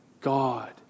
God